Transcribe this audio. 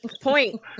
Point